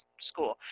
school